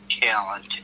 talent